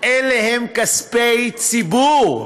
אלה כספי ציבור.